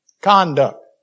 Conduct